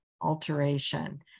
alteration